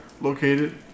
located